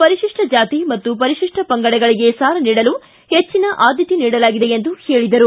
ಪರಿಶಿಷ್ಟ ಜಾತಿ ಹಾಗೂ ಪರಿಶಿಷ್ಟ ಪಂಗಡಗಳಿಗೆ ಸಾಲ ನೀಡಲು ಹೆಚ್ಚಿನ ಆದ್ಯತೆ ನೀಡಲಾಗಿದೆ ಎಂದು ಹೇಳಿದರು